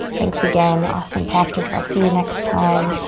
thanks again, awesome practice. i'll see you next time.